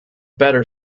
better